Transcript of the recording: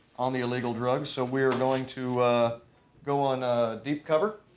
on the illegal drugs. so we are going to go on a deep cover.